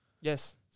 Yes